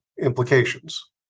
implications